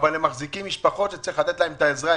הם מחזיקים משפחות וצריך לתת להם את העזרה.